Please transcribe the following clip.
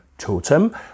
totem